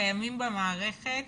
קיימים במערכת